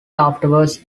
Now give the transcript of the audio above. afterwards